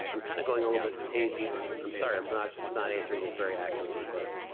i'm kind of going a little bit hazy. ah i'm sorry i'm but i'm not answering this very accurately, but